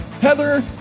Heather